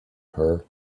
her